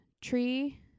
tree